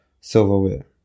silverware